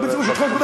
משפט.